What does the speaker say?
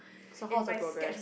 so how's your progress